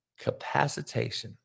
capacitation